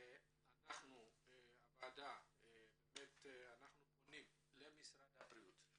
הוועדה פונה גם למשרד הבריאות.